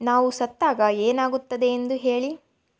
ನಾವು ಸತ್ತಾಗ ಏನಾಗುತ್ತದೆ ಎಂದು ಹೇಳಿ